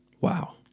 Wow